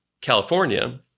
California